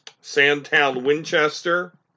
Sandtown-Winchester